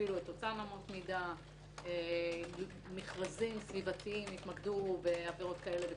יפעילו את אותן אמות מידה - מכרזים סביבתיים יתמקדו בעבירות כאלו וכאלו,